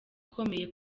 ukomeye